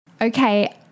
Okay